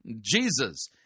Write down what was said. Jesus